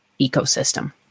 ecosystem